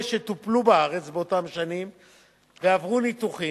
שטופלו בארץ באותן שנים עברו ניתוחים.